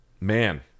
man